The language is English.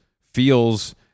feels